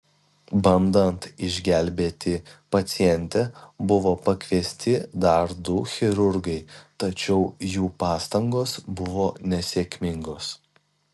bandant išgelbėti pacientę buvo pakviesti dar du chirurgai tačiau jų pastangos buvo nesėkmingos